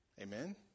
Amen